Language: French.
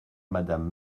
madame